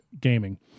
gaming